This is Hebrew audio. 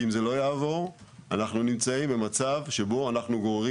כי אם זה לא יעבור אנחנו נמצאים במצב שבו אנחנו גוררים